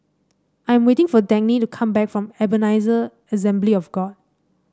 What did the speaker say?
I am waiting for Dagny to come back from Ebenezer Assembly of God